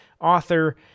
author